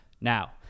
Now